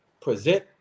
present